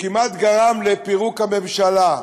שכמעט גרם לפירוק הממשלה,